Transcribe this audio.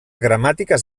gramàtiques